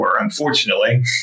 Unfortunately